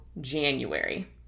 January